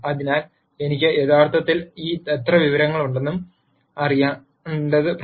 അതിനാൽ എനിക്ക് യഥാർത്ഥത്തിൽ എത്ര വിവരങ്ങളുണ്ടെന്ന് അറിയേണ്ടത് പ്രധാനമാണ്